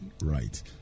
Right